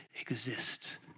exists